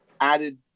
added